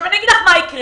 אני אגיד לך מה יקרה.